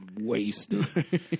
wasted